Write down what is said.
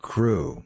Crew